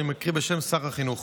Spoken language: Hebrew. אני מקריא בשם שר החינוך.